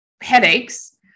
headaches